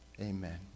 Amen